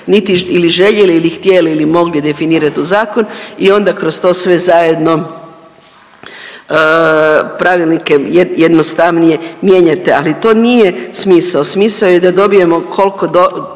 ili željeli ili htjeli ili mogli definirat u zakon i onda kroz to sve zajedno pravilnike jednostavnije mijenjate, ali to nije smisao, smisao je da dobijemo kolko tolko